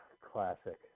Classic